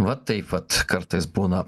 va taip vat kartais būna